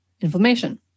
inflammation